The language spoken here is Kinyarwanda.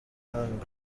ibanga